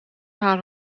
haar